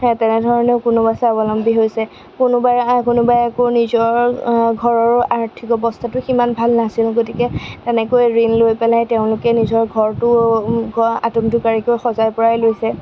সেই তেনেধৰণেও কোনোবা স্বাৱলম্বী হৈছে কোনোবাই আ কোনোবাই আকৌ নিজৰ ঘৰৰো আৰ্থিক অৱস্থাটো সিমান ভাল নাছিল গতিকে তেনেকৈ ঋণ লৈ পেলাই তেওঁলোকে নিজৰ ঘৰটো আটোম টোকাৰিকৈ সজাই পৰাই লৈছে